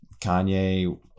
kanye